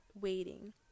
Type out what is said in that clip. waiting